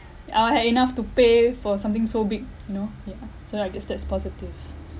I had enough to pay for something so big you know yeah so I guess that's positive